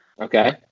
Okay